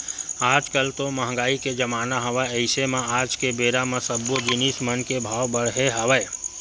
आज कल तो मंहगाई के जमाना हवय अइसे म आज के बेरा म सब्बो जिनिस मन के भाव बड़हे हवय